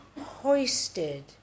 hoisted